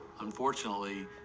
Unfortunately